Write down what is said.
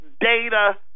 data